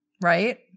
right